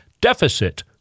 deficit